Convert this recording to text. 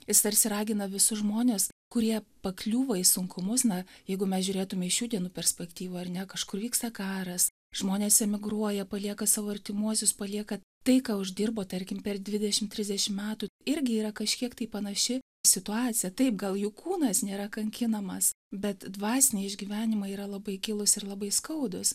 jis tarsi ragina visus žmones kurie pakliūva į sunkumus na jeigu mes žiūrėtume iš šių dienų perspektyvą ar ne kažkur vyksta karas žmonės emigruoja palieka savo artimuosius palieka tai ką uždirbo tarkim per dvidešim trisdešim metų irgi yra kažkiek tai panaši situacija taip gal jų kūnas nėra kankinamas bet dvasiniai išgyvenimai yra labai gilūs ir labai skaudūs